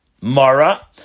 Mara